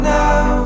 now